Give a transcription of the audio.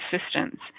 assistance